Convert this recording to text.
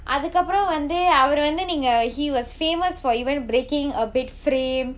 அதுக்கப்புறம் வந்து அவரு வந்து நீங்க:athukkappuram vanthu avaru vanthu neenga he was famous for even breaking a bed frame